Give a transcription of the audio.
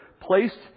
placed